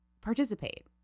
participate